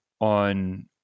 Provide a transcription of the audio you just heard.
on